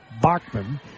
Bachman